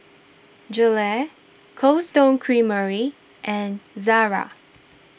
Gelare Cold Stone Creamery and Zara